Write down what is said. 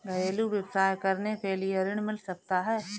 घरेलू व्यवसाय करने के लिए ऋण मिल सकता है?